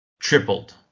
tripled